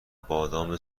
بادام